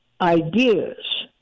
ideas